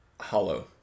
Hollow